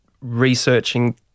researching